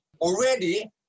Already